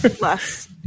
less